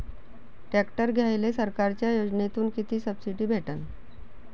Tractor घ्यायले सरकारच्या योजनेतून किती सबसिडी भेटन?